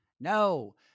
No